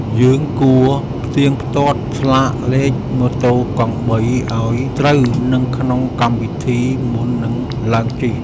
យើងគួរផ្ទៀងផ្ទាត់ស្លាកលេខម៉ូតូកង់បីឱ្យត្រូវនឹងក្នុងកម្មវិធីមុននឹងឡើងជិះ។